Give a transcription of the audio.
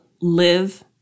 live